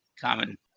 common